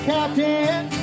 Captain